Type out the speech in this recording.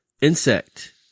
Insect